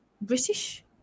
British